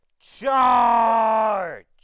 CHARGE